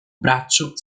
braccio